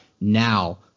now